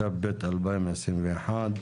התשפ"ב-2021,